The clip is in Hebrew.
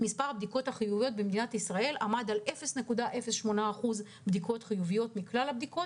מספר הבדיקות החיוביות במדינת ישראל עמד על 0.08% מכלל הבדיקות.